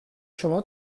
شما